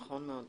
נכון מאוד.